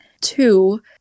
two